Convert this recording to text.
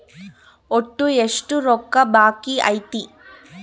ಒಟ್ಟು ಎಷ್ಟು ರೊಕ್ಕ ಬಾಕಿ ಐತಿ?